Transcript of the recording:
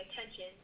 attention